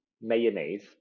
mayonnaise